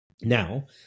Now